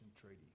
Treaty